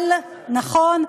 אבל, נכון.